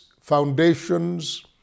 foundations